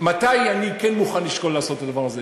מתי אני כן מוכן לשקול לעשות את הדבר הזה?